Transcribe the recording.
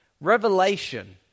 Revelation